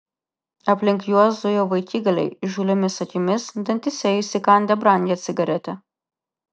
aplink juos zujo vaikigaliai įžūliomis akimis dantyse įsikandę brangią cigaretę